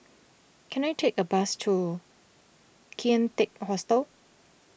can I take a bus to Kian Teck Hostel